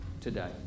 today